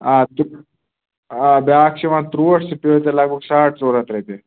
آ تہٕ آ بیاکھ چھِ یِوان ترٛوٹھ سُہ پیوٕ تۄہہِ لگ بگ ساڑ ژور ہَتھ رۄپیہِ